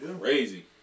crazy